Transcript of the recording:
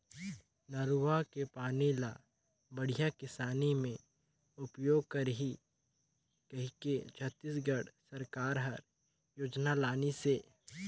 नरूवा के पानी ल बड़िया किसानी मे उपयोग करही कहिके छत्तीसगढ़ सरकार हर योजना लानिसे